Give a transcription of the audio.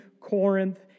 Corinth